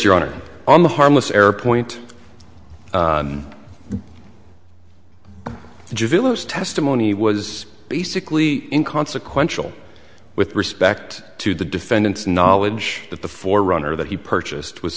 your honor on the harmless error point the testimony was basically inconsequential with respect to the defendant's knowledge that the forerunner that he purchased was